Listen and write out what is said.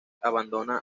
abandona